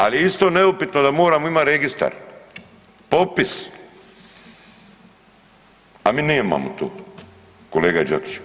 Ali je isto neupitno da moramo imati registar, popis a mi nemamo to kolega Đakiću.